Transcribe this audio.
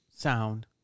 Sound